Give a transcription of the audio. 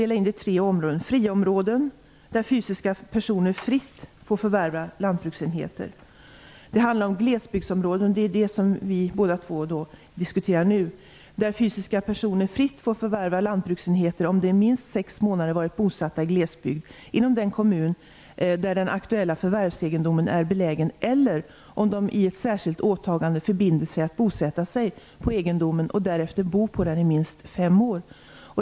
Det är fråga om friområden, där fysiska personer fritt får förvärva lantbruksenheter. Det handlar om de glesbygdsområden som vi båda två nu diskuterar, där fysiska personer fritt får förvärva lantbruksenheter om de minst sex månader har varit bosatta i glesbygd inom den kommun där den aktuella förvärvsegendomen är belägen, eller om de i ett särskilt åtagande förbinder sig att bosätta sig på egendomen och därefter bo på den i minst fem år.